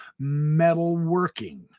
metalworking